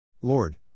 Lord